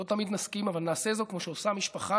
לא תמיד נסכים אבל נעשה זאת כמו שעושה משפחה,